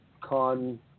Con